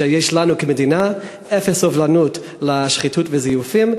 שיש לנו במדינה אפס סובלנות לשחיתות ולזיופים,